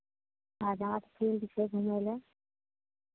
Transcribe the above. आजाद field छै घुमय लेल